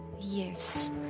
Yes